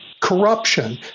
corruption